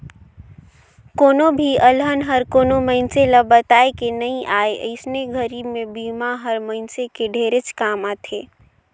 कोनो भी अलहन हर कोनो मइनसे ल बताए के नइ आए अइसने घरी मे बिमा हर मइनसे के ढेरेच काम आथे